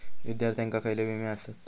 विद्यार्थ्यांका खयले विमे आसत?